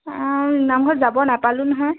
অঁ নামঘৰত যাব নাপালোঁ নহয়